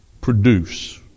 produce